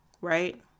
right